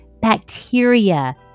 bacteria